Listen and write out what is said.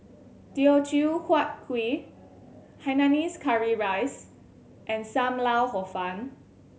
Teochew Huat Kuih hainanese curry rice and Sam Lau Hor Fun